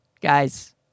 guys